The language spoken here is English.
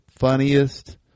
Funniest